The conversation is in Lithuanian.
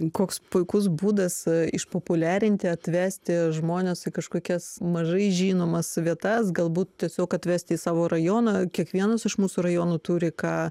koks puikus būdas išpopuliarinti atvesti žmones į kažkokias mažai žinomas vietas galbūt tiesiog atvesti į savo rajoną kiekvienas iš mūsų rajonų turi ką